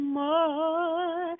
more